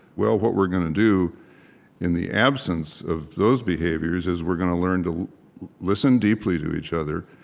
well, what we're going to do in the absence of those behaviors, is we're going to learn to listen deeply to each other,